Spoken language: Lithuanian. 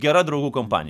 gera draugų kompanija